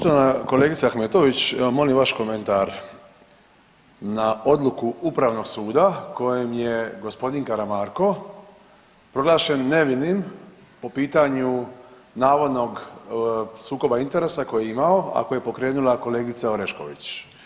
Poštovana kolegice Ahmetović evo molim vaš komentar na odluku Upravnog suda kojom je gospodin Karamarko proglašen nevinim po pitanju navodnog sukoba interesa koji je imao, a koji je pokrenula kolegica Orešković.